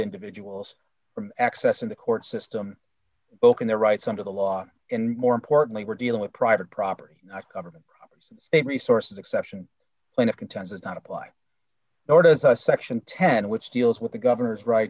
individuals from accessing the court system both in their rights under the law and more importantly we're dealing with private property not government state resources exception when it contends does not apply nor does us section ten which deals with the governor's right